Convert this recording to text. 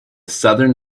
southern